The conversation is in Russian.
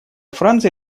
франции